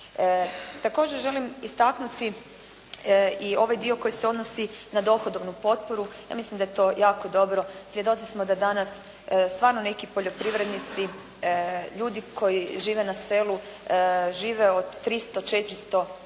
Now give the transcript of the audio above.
Također želim istaknuti i ovaj dio koji se odnosi na dohodovnu potporu, ja mislim da je to jako dobro. Svjedoci smo da danas stvarno neki poljoprivrednici, ljudi koji žive na selu, žive od 300, 400, 500 kuna,